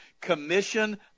commission